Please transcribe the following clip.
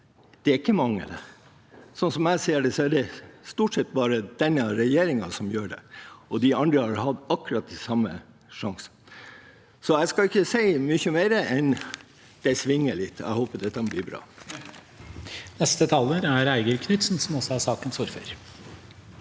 jeg ser det, er det stort sett bare denne regjeringen som gjør det. De andre har hatt akkurat den samme sjansen. Jeg skal ikke si mye mer enn at det svinger litt. Jeg håper dette blir bra.